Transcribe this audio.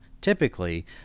Typically